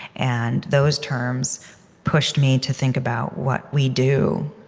and those terms pushed me to think about what we do,